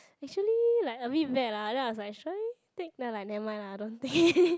actually like a bit bad lah then I was like shall I take then I like nevermind lah don't take